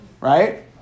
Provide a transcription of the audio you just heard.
Right